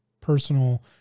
personal